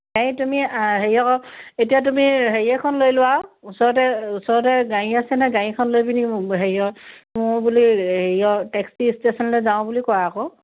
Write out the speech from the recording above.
গাড়ী তুমি হেৰি আকৌ এতিয়া তুমি হেৰি এখন লৈ লোৱা ওচৰতে ওচৰতে গাড়ী আছে নহয় গাড়ী এখন লৈ পিনি হেৰিয়ৰ মোৰ বুলি হেৰি টেক্সি ষ্টেচনলৈ যাওঁ বুলি কোৱা আকৌ